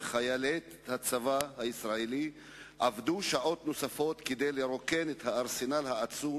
וחיילי הצבא הישראלי עבדו שעות נוספות כדי לרוקן את הארסנל העצום